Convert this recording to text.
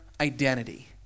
identity